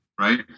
right